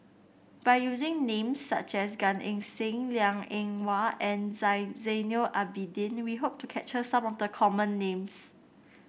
by using names such as Gan Eng Seng Liang Eng Hwa and Zainal Abidin we hope to capture some of the common names